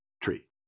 tree